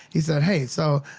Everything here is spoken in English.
he said hey, so